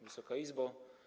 Wysoka Izbo!